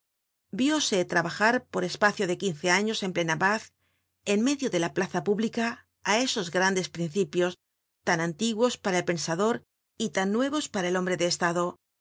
agradable vióse trabajar por espacio de quince años en plena paz en medio de la plaza pública á esos grandes principios tan antiguos para el pensador y tan nuevos para el hombre de estado